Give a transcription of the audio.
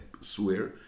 swear